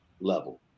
level